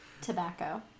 tobacco